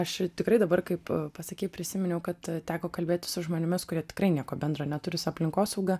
aš tikrai dabar kaip pasakei prisiminiau kad teko kalbėtis su žmonėmis kurie tikrai nieko bendro neturi su aplinkosauga